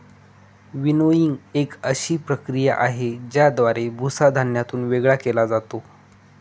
winnowing एक अशी प्रक्रिया आहे, ज्याद्वारे भुसा धान्यातून वेगळा केला जातो